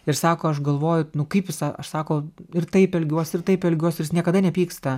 ir sako aš galvoju kaip jis sa aš sako ir taip elgiuosi ir taip elgiuosi ir jis niekada nepyksta